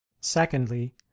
secondly